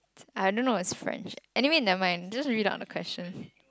I don't know is French leh anyway never mind just read out the question